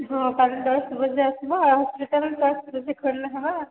ହଁ ପାଞ୍ଚ ଦଶ ବଜେ ଆସିବ ଆଉ ଯେତେବେଳେ ତ ଆସିଲେ ସେ ଖୋଲା ହେବ